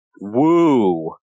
Woo